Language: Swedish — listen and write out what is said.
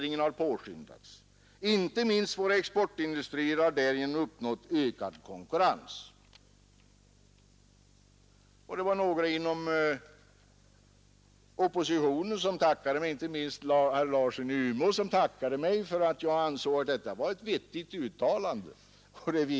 andra har plockat fram av fördyrade kostnader ändå 1 536 kronor över i netto genom denna reform, kombinerad med bostadstilläggen. Det är sanningen om skattepaketet.